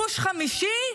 פוש חמישי,